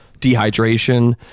dehydration